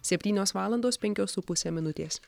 septynios valandos penkios su puse minutės